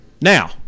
Now